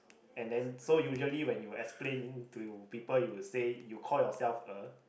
and then so usually when you explain to people you would say you call yourself a